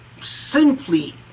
simply